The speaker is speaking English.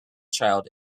child